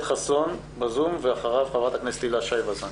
הילה שי וזאן.